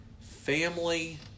Family